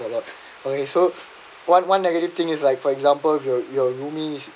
okay so one one negative thing is like for example your your roomies